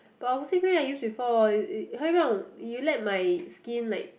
but oxy-cream I use before it it 会让 it'll let my skin like